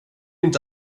inte